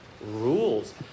rules